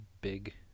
big